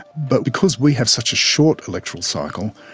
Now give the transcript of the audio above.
but because we have such a short electoral cycle,